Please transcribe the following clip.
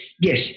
yes